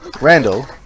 Randall